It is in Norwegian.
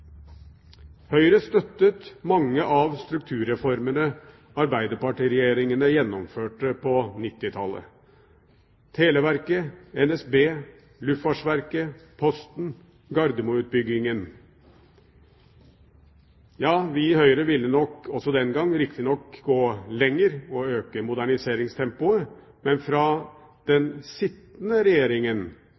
Høyre støttet mange av strukturreformene arbeiderpartiregjeringene gjennomførte på 1990-tallet: Televerket, NSB, Luftfartsverket, Posten og Gardermoen-utbyggingen. Vi i Høyre ville den gang riktignok gå lenger og øke moderniseringstempoet, men fra den sittende regjeringen